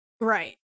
Right